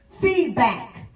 feedback